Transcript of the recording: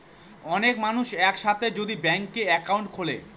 অনেক মানুষ এক সাথে যদি ব্যাংকে একাউন্ট খুলে